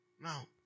Now